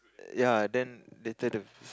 ya then later the